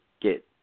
get